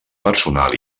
personal